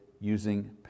using